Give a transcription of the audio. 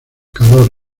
calor